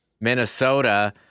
Minnesota